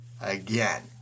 Again